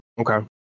Okay